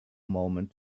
moment